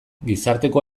gizarteko